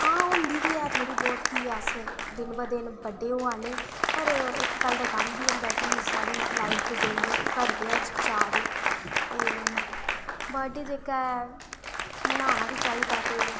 आं होंदी बी ऐ थोह्ड़ी बहुत कि अस दिन ब दिन बड़े होआ ने पर इक्क गल्ल दा गम बी होंदा कि साढ़ी लाईफ दे दिन घटदे गै जादे ते बर्थ डे जेह्का ऐ मनाना बी चाहिदा